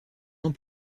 ans